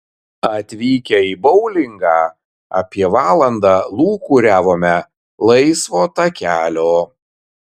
atvykę į boulingą apie valandą lūkuriavome laisvo takelio